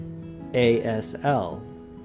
ASL